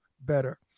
better